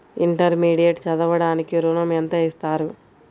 Intermediate చదవడానికి ఋణం ఎంత ఇస్తారు?